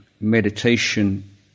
meditation